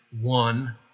one